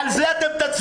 דקה.